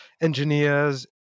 engineers